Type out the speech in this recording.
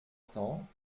cents